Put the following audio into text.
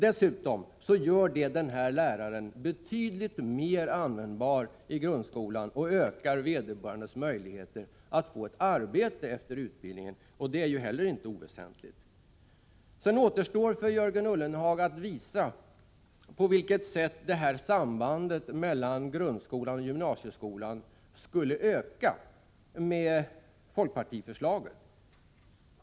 Dessutom blir denne lärare därigenom betydligt mera användbar i grundskolan och vederbörandes möjligheter att få ett arbete efter utbildningen ökar, något som inte heller är oväsentligt. Det återstår för Jörgen Ullenhag att visa på vilket sätt sambandet mellan grundskolan och gymnasieskolan skulle öka med folkpartiets förslag.